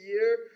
year